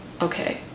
okay